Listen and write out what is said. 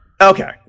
Okay